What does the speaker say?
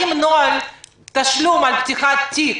האם נוהל תשלום על תפיחת תיק